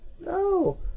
No